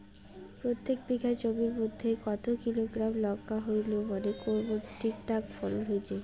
প্রত্যেক বিঘা জমির মইধ্যে কতো কিলোগ্রাম লঙ্কা হইলে মনে করব ঠিকঠাক ফলন হইছে?